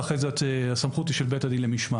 ואחרי זה הסמכות היא של בית הדין למשמעת